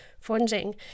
funding